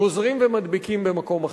גוזרים ומדביקים במקום אחר.